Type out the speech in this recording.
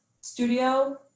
studio